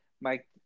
Mike